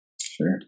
Sure